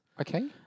Okay